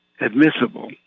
admissible